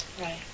Right